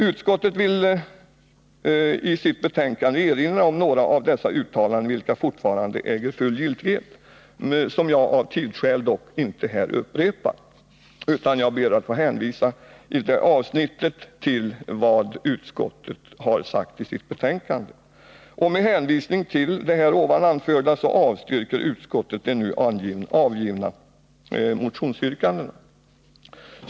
Utskottet vill i sitt betänkande nu erinra om några av dessa uttalanden, som fortfarande äger full giltighet men som jag av tidsskäl här inte upprepar. Jag ber i det avsnittet att få hänvisa till vad utskottet har sagt i sitt betänkande. Med hänvisning till det anförda avstyrker utskottet de nu nämnda motionsyrkandena.